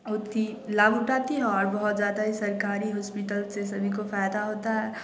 लाभ उठाती और बहुत ज़्यादा ही सरकारी हास्पिटल से सभी को फ़ायदा होता है